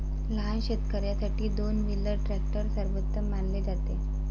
लहान शेतकर्यांसाठी दोन व्हीलर ट्रॅक्टर सर्वोत्तम मानले जाते